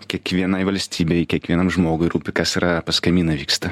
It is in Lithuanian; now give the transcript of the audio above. kiekvienai valstybei kiekvienam žmogui rūpi kas yra pas kaimyną vyksta